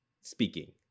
speaking